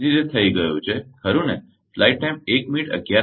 તેથી તે થઈ ગયું છે ખરુ ને